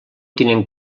tinent